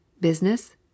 Business